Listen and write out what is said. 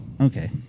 okay